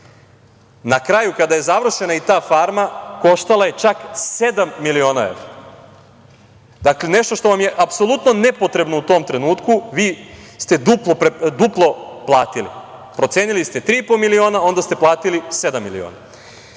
Na kraju, kada je završena i ta farma koštala je čak sedam miliona evra. Dakle, nešto što vam je apsolutno nepotrebno u tom trenutku vi ste duplo platili, procenili ste tri i po miliona, a onda ste platili sedam miliona. Ono